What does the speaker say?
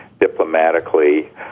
diplomatically